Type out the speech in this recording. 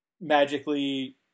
magically